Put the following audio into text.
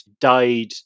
died